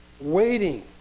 waiting